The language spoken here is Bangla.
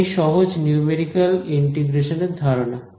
এটাই সহজ নিউমেরিক্যাল ইন্টিগ্রেশনের ধারণা